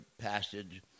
passage